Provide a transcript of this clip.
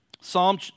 Psalm